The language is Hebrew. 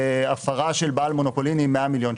הפרה של בעל מונופולים היא 100 מיליון שקל.